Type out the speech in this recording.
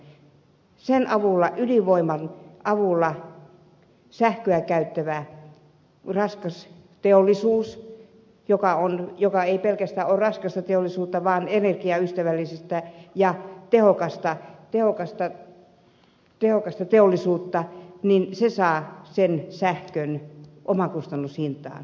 tämän ydinvoiman avulla sähköä käyttävä raskas teollisuus joka ei pelkästään ole raskasta teollisuutta vaan energiaystävällistä ja tehokasta teollisuutta saa sen sähkön omakustannushintaan